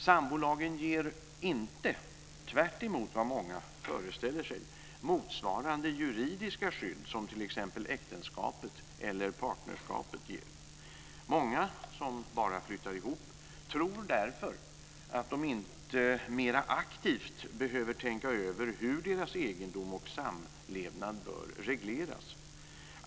Sambolagen ger inte, tvärtemot vad många föreställer sig, motsvarande juridiska skydd som t.ex. äktenskapet eller partnerskapet ger. Många som bara flyttar ihop tror därför att de inte mera aktivt behöver tänka över hur deras egendom och samlevnad bör regleras.